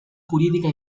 jurídica